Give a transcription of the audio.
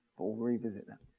revisit them.